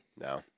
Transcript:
No